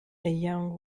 young